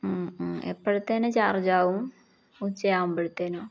മ് മ് എപ്പോഴത്തേന് ചാർജ് ആവും ഉച്ചയാവുമ്പോഴത്തേനോ